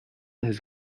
his